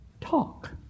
talk